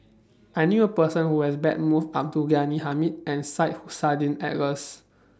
I knew A Person Who has Met Both Abdul Ghani Hamid and Syed Hussein Alatas